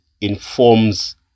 informs